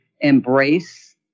embrace